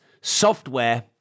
software